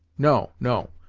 no, no,